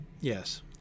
yes